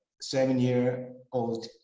seven-year-old